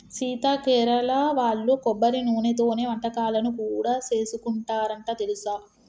సీత కేరళ వాళ్ళు కొబ్బరి నూనెతోనే వంటకాలను కూడా సేసుకుంటారంట తెలుసా